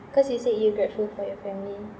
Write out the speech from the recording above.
cause you said you grateful for your family